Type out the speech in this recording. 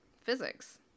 physics